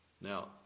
Now